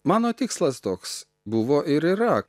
mano tikslas toks buvo ir yra